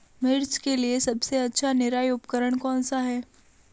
मिर्च के लिए सबसे अच्छा निराई उपकरण कौनसा है?